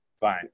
Fine